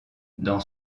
dans